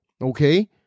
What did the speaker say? Okay